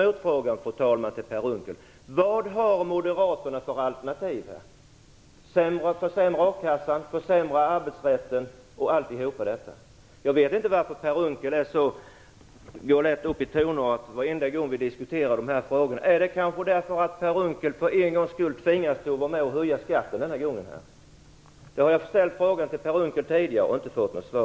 Jag ställer en motfråga, fru talman, till Per Unckel: Vad har Moderaterna för alternativ? Gäller det försämring av a-kassan och arbetsrätten? Jag vet inte varför Per Unckel så lätt går upp i tonart varje gång vi diskuterar dessa frågor. Är det kanske för att Per Unckel för en gångs skull tvingas vara med och höja skatten? Jag har ställt frågan till Per Unckel tidigare och inte fått något svar.